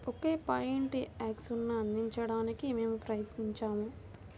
ఒకే point యాక్సెస్ను అందించడానికి మేము ప్రయత్నించాము